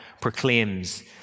proclaims